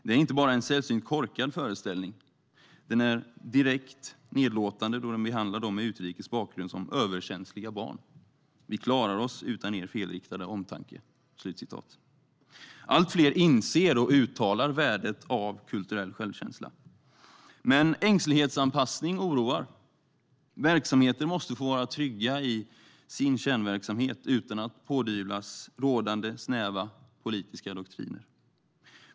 Det är inte bara en sällsynt korkad föreställning, den är direkt nedlåtande då den behandlar de med utrikes bakgrund som överkänsliga barn. Vi klarar oss utan er felriktade omtanke." Allt fler inser och uttalar värdet av kulturell självkänsla. Men ängslighetsanpassning oroar. Verksamheter måste få vara trygga i sin kärnverksamhet utan att pådyvlas rådande, snäva politiska doktriner.